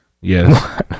Yes